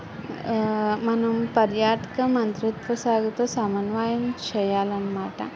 మనం పర్యాటక మంత్రిత్వశాఖతో సమన్వయం చేయాలనమాట